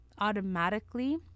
automatically